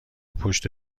پشت